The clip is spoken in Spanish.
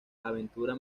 aventura